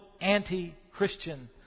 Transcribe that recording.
anti-Christian